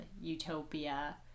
utopia